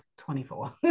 24